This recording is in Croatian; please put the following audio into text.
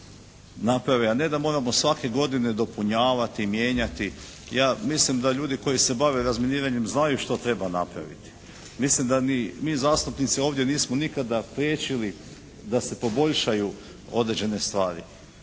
a da moramo svake godine dopunjavati, mijenjati. Ja mislim da ljudi koji se bave razminiranjem znaju što treba napraviti. Mislim da ni mi zastupnici ovdje nismo nikada priječili da se poboljšaju određene stvari.